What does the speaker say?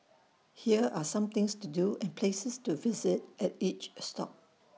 here are some things to do and places to visit at each stop